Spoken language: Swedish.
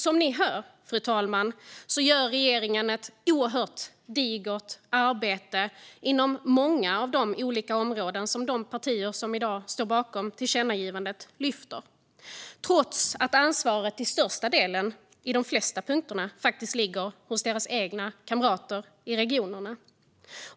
Som ni hör, fru talman, gör alltså regeringen ett oerhört digert arbete inom många av de olika områden som de partier som i dag står bakom det föreslagna tillkännagivandet lyfter, trots att ansvaret till största delen i de flesta punkterna faktiskt ligger hos deras egna kamrater i regionerna.